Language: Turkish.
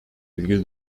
virgül